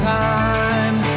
time